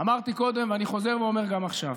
אמרתי קודם ואני חוזר ואומר גם עכשיו,